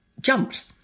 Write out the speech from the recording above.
jumped